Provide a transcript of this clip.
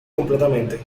completamente